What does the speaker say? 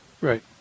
Right